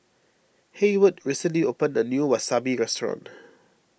Heyward recently opened a new Wasabi restaurant